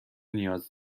نیاز